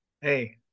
Hey